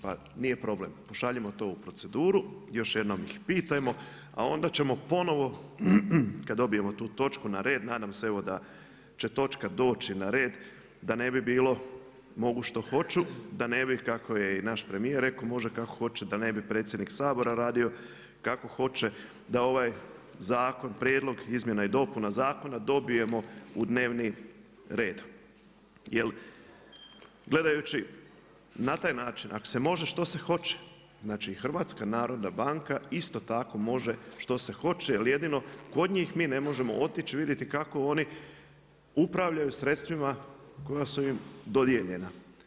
Pa nije problem, pošaljimo to u proceduru, još jednom ih pitajmo a onda ćemo ponovno kad dobijemo tu točku na red, nadam se evo da će točka doći na red da ne bi bilo mogu što hoću, da ne bi kako je i naš premijer rekao može kako hoće, da ne bi predsjednik Sabora radio kako hoće, da ovaj zakon, prijedlog izmjena i dopuna zakona, dobijemo u dnevni red jer gledajući na taj način ako se može što se hoće, znači HNB isto tako može što se hoće jer jedino kod njih mi ne možemo otići vidjeti kako oni upravljaju sredstvima koja su im dodijeljena.